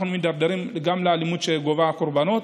אנחנו מידרדרים גם לאלימות שגובה קורבנות,